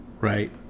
right